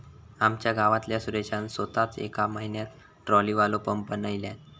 आमच्या गावातल्या सुरेशान सोताच येका म्हयन्यात ट्रॉलीवालो पंप बनयल्यान